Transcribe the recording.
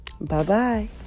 Bye-bye